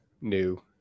new